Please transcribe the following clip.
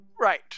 Right